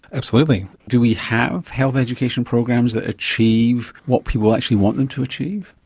absolutely. do we have health education programs that achieve what people actually want them to achieve?